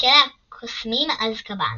בכלא הקוסמים, אזקבאן,